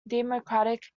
democratic